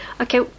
Okay